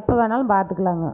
எப்போ வேணாலும் பார்த்துக்கலாங்க